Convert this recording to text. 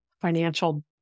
financial